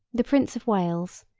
the prince of wales,